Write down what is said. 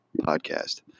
podcast